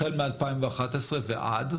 החל מ-2011 ועד?